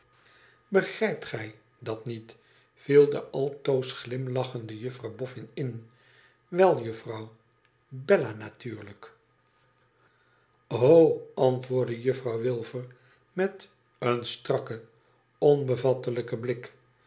begrijpt gij dat niet viel de tdtoos glimlachende jufifrouw boffin in wel juérouw bella natuurlijk antwoordde juffrouw wilfer met een strakken onbevattelijken blik